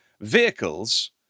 vehicles